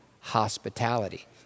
hospitality